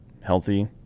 healthy